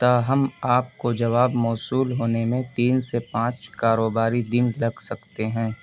تاہم آپ کو جواب موصول ہونے میں تین سے پانچ کاروباری دن لگ سکتے ہیں